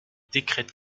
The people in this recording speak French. décrète